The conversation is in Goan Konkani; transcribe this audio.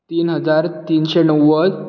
तीन हजार तिनशे णव्वद